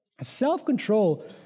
Self-control